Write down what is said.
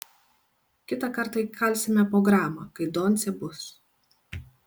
kitą kartą įkalsime po gramą kai doncė bus